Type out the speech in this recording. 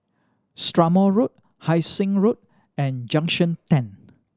Strathmore Road Hai Sing Road and Junction Ten